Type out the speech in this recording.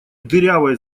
дырявой